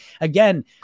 again